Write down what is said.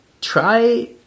try